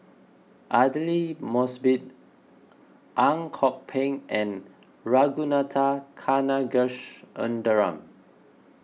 Aidli Mosbit Ang Kok Peng and Ragunathar Kanagasuntheram